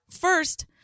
First